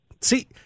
See